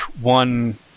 one